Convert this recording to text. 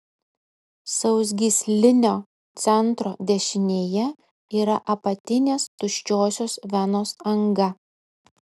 sausgyslinio centro dešinėje yra apatinės tuščiosios venos anga